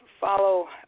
follow